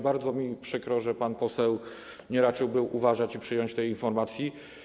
Bardzo mi przykro, że pan poseł nie raczył uważać i przyjąć tej informacji.